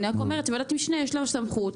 אני רק אומרת שוועדת משנה יש לה סמכות,